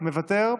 מוותר,